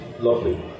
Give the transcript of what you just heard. Lovely